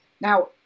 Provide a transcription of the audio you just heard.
Now